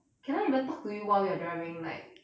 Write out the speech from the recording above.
can I even talk to you while you're driving like